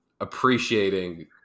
appreciating